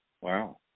Wow